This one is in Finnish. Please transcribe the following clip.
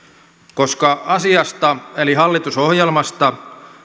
koska asiasta eli hallitusohjelmasta